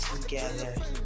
together